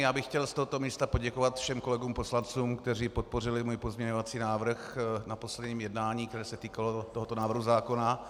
Já bych chtěl z tohoto místa poděkovat všem kolegům poslancům, kteří podpořili můj pozměňovací návrh na posledním jednání, které se týkalo tohoto návrhu zákona.